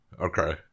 Okay